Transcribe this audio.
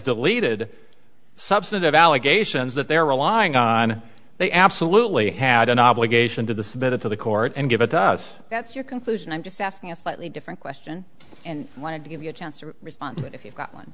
deleted substantive allegations that they're relying on they absolutely had an obligation to the submitted to the court and give it to us that's your conclusion i'm just asking a slightly different question and i wanted to give you a chance to respond but if you've got one